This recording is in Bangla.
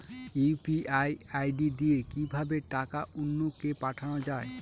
ইউ.পি.আই আই.ডি দিয়ে কিভাবে টাকা অন্য কে পাঠানো যায়?